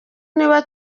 niba